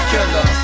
Killer